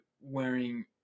wearing